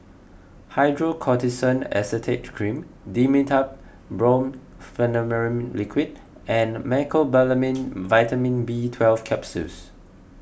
Hydrocortisone Acetate Cream Dimetapp Brompheniramine Liquid and Mecobalamin Vitamin B Twelve Capsules